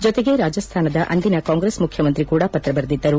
ಜೊತೆಗೆ ರಾಜಸ್ಥಾನದ ಅಂದಿನ ಕಾಂಗ್ರೆಸ್ ಮುಖ್ಯಮಂತ್ರಿ ಕೂಡ ಪತ್ರ ಬರೆದಿದ್ದರು